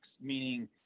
meaning